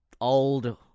old